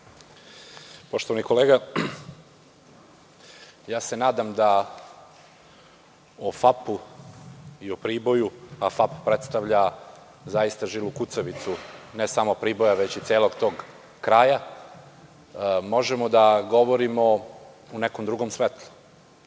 Poštovani kolega, nadam se o FAP i o Priboju, a FAP predstavlja žilu kucavicu ne samo Priboja, već i celog tog kraja, možemo da govorimo u nekom drugom svetlu,